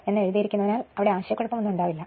എന്ന് എഴുതിയിരിക്കുന്നതിനാൽ ആശയക്കുഴപ്പമില്ല